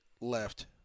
left